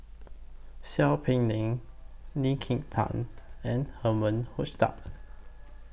Seow Peck Leng Lee Kin Tat and Herman Hochstadt